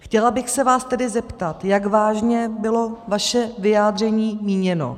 Chtěla bych se vás tedy zeptat, jak vážně bylo vaše vyjádření míněno.